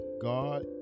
God